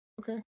Okay